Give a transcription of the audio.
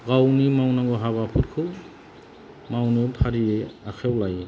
गावनि मावनांगौ हाबाफोरखौ मावनो फारियै आखाइयाव लायो